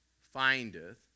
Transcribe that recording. findeth